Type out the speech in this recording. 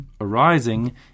arising